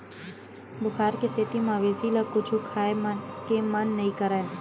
बुखार के सेती मवेशी ल कुछु खाए के मन नइ करय